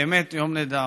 באמת יום נהדר,